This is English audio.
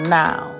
now